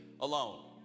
alone